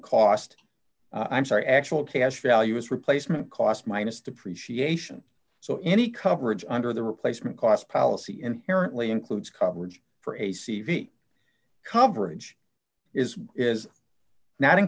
cost i'm sorry actual cash value is replacement cost minus depreciation so any coverage under the replacement cost policy inherently includes coverage for a c v coverage is is not in